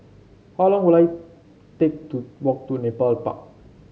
how long will I take to walk to Nepal Park